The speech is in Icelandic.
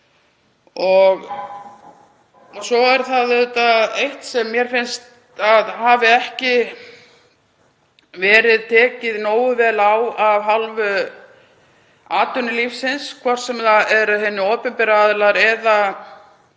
Svo er eitt sem mér finnst að hafi ekki verið tekið nógu vel á af hálfu atvinnulífsins, hvort sem það eru hinir opinberu aðilar eða